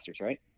right